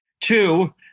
Two